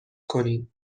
کنیم